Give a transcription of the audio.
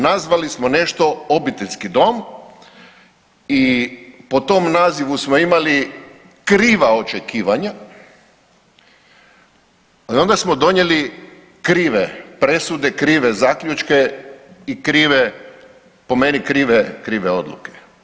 Nazvali smo nešto obiteljski dom i po tom nazivu smo imali kriva očekivanja i onda smo donijeli krive presude, krive zaključke i krive po meni krive odluke.